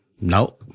no